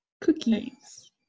Cookies